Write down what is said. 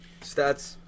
Stats